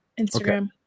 Instagram